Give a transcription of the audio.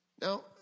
Now